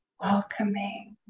welcoming